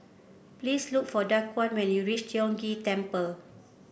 please look for Daquan when you reach Tiong Ghee Temple